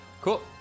Cool